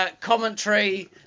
commentary